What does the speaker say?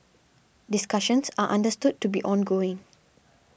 discussions are understood to be ongoing